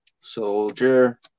Soldier